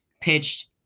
pitched